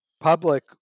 public